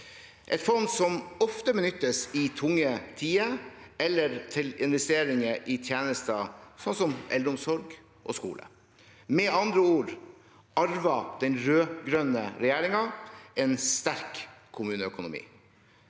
et fond som ofte benyttes i tunge tider eller til investeringer i tjenester som eldreomsorg og skole. Med andre ord arvet den rød-grønne regjeringen en sterk kommuneøkonomi.